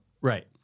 Right